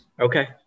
Okay